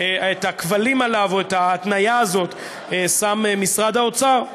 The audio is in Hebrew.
את הכבלים עליה או את ההתניה הזאת שם משרד האוצר.